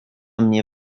mnie